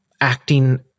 acting